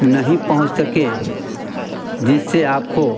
नहीं पहुँच सके जिससे आपको